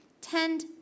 Tend